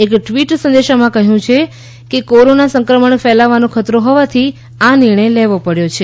એક ટ્વિટ સંદેશમાં કહેવાયું છે કે કોરોના સંક્રમણ ફેલાવાનો ખતરો હોવાથી આ નિર્ણય લેવો પડ્યો છે